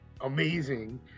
amazing